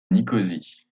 nicosie